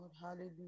Hallelujah